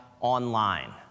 online